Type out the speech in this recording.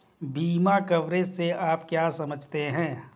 बीमा कवरेज से आप क्या समझते हैं?